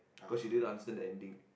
cause she didn't understand the ending